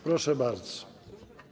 Proszę bardzo.